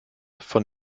von